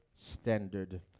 standard